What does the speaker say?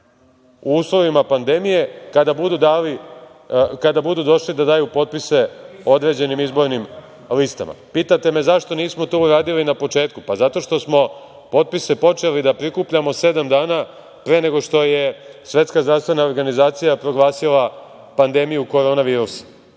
u uslovima pandemije kada budu došli da daju potpise određenim izbornim listama. Pitate me zašto to nismo uradili na početku? Pa, zato što smo potpise počeli da prikupljamo sedam pre nego što je Svetska zdravstvena organizacija proglasila pandemiju Koronavirusa.